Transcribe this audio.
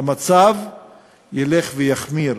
המצב ילך ויחמיר.